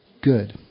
good